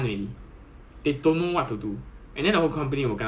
ya lah they cannot even do these properly ah bro